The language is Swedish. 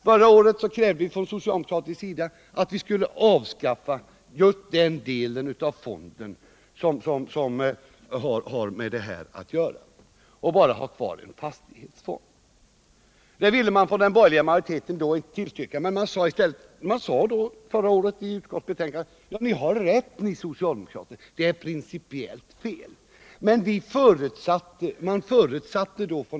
Förra året krävdes från den socialdemokratiska sidan att just den del av fonden skulle avskaffas som har med detta att göra och att bara en fastighetsfond skulle finnas kvar. Det ville den borgerliga majoriteten då inte tillstyrka, utan man sade i stället i betänkandet: Ni har rätt, ni socialdemokrater. Detta är principiellt felaktigt.